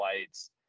lights